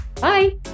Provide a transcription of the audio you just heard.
bye